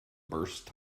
burst